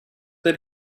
that